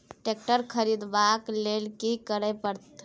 Tractor खरीदबाक लेल की करय परत?